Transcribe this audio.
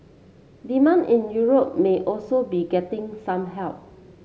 demand in Europe may also be getting some help